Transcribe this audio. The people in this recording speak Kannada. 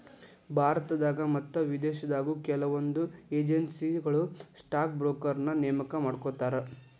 ಭಾರತದಾಗ ಮತ್ತ ವಿದೇಶದಾಗು ಕೆಲವೊಂದ್ ಏಜೆನ್ಸಿಗಳು ಸ್ಟಾಕ್ ಬ್ರೋಕರ್ನ ನೇಮಕಾ ಮಾಡ್ಕೋತಾರ